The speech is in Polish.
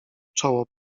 czoło